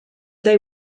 they